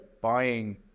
buying